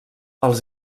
els